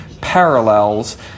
parallels